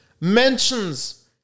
mentions